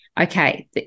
okay